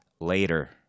later